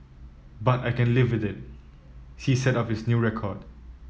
but I can live with it she said of his new record